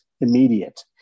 immediate